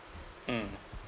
mm